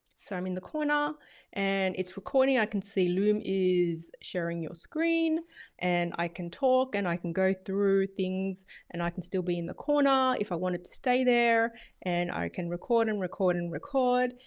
so, i'm in the corner and it's recording. i can see loom is sharing your screen and i can talk and i can go through things and i can still be in the corner if i wanted to stay there and i can record and record and record.